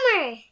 Summer